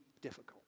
difficult